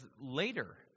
later